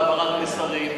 להעברת מסרים,